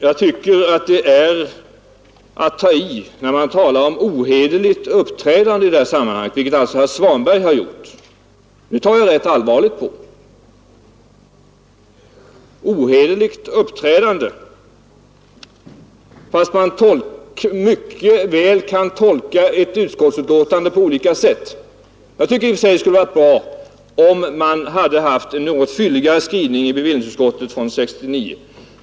Jag tycker att det måste bemötas med skärpa, när man talar om ohederligt uppträdande i det sammanhanget, vilket herr Svanberg har gjort. Det tar jag rätt allvarligt på. Ohederligt — fast man mycket väl kan tolka det aktuella utskottsbetänkandet på olika sätt. Jag tycker att det i och för sig skulle ha varit bra, om vi hade haft en något fylligare skrivning i bevillningsutskottets betänkande från 1969.